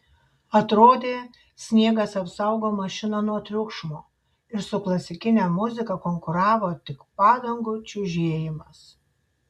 atrodė sniegas apsaugo mašiną nuo triukšmo ir su klasikine muzika konkuravo tik padangų čiužėjimas